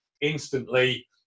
Instantly